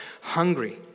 hungry